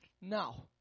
now